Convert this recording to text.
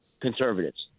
conservatives